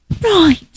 Right